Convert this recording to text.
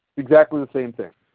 exactly the same thing.